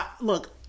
Look